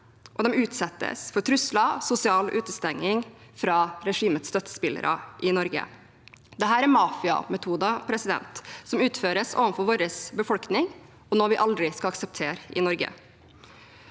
og de utsettes for trusler og sosial utestenging fra regimets støttespillere i Norge. Dette er mafiametoder som utføres overfor vår befolkning, og det er noe vi aldri skal akseptere i Norge.